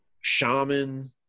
Shaman